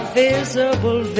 visible